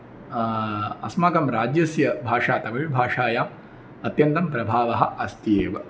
अस्माकं राज्यस्य भाषा तमिळ् भाषायाम् अत्यन्तं प्रभावः अस्ति एव